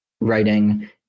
writing